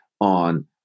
on